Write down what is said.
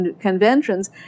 conventions